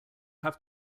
have